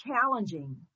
challenging